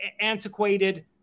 antiquated